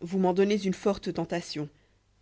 vous m'en donnez une forte tentation